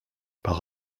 par